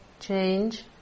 change